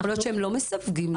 יכול להיות שהם לא מסווגים נכון.